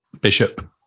Bishop